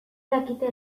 dakite